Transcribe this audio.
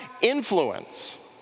influence